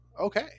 okay